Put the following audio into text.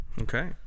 Okay